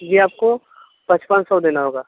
ये आपको पचपन सौ देना होगा